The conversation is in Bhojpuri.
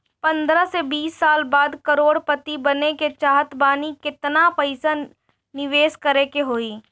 पंद्रह से बीस साल बाद करोड़ पति बने के चाहता बानी केतना पइसा निवेस करे के होई?